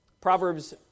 Proverbs